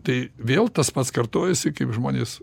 tai vėl tas pats kartojasi kaip žmonės